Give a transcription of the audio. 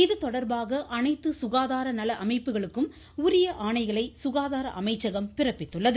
இதுதொடர்பாக அனைத்து சுகாதார நல அமைப்புகளுக்கும் உரிய ஆணைகளை சுகாதார அமைச்சகம் பிறப்பித்துள்ளது